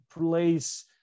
place